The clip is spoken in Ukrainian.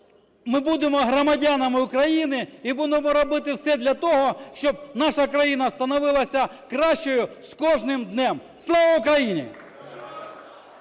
ми будемо громадянами України і будемо робити все для того, щоб наша країна становилася кращою з кожним днем. Слава Україні!